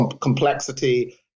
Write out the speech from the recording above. complexity